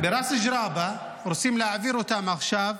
בראס אל-ג'עבה, רוצים להעביר אותם עכשיו,